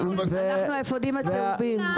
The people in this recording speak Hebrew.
אנחנו האפודים הצהובים.